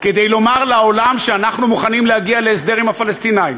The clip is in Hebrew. כדי לומר לעולם שאנחנו מוכנים להגיע להסדר עם הפלסטינים